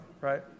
right